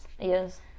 Yes